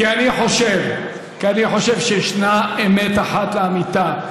כי אני חושב שישנה אמת אחת לאמיתה.